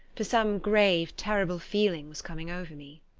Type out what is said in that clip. for some grave, terrible feeling was coming over me.